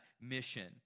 mission